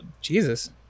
Jesus